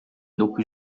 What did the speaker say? dokuz